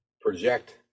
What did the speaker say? project